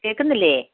കേൾക്കുന്നില്ല